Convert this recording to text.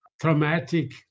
traumatic